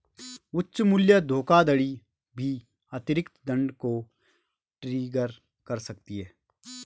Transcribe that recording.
उच्च मूल्य धोखाधड़ी भी अतिरिक्त दंड को ट्रिगर कर सकती है